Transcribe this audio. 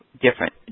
different